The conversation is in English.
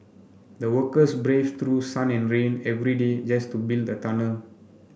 the workers braved through sun and rain every day just to build the tunnel